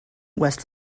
west